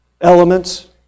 elements